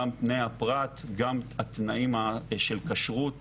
גם תנאי הפרט וגם תנאי הכשרות